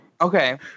Okay